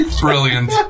Brilliant